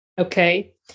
Okay